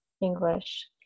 English